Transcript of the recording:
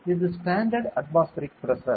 எனவே இது standard atmospheric pressure